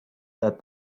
that